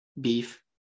beef